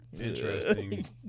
interesting